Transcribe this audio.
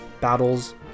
battles